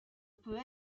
peut